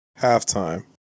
halftime